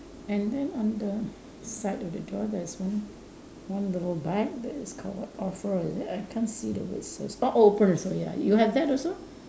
and then on the side of the door there's one one little bike that is called offer is it I can't see the word so small oh open so ya you have that also